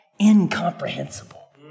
incomprehensible